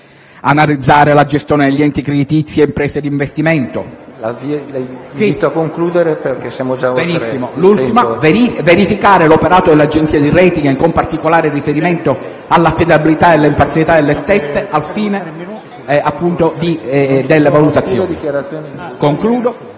analizzare la gestione degli enti creditizi e imprese di investimento; verificare l'operato delle agenzie di *rating*, con particolare riferimento all'affidabilità e all'imparzialità delle stesse al fine delle valutazioni. Spetterà